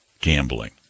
gambling